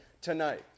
tonight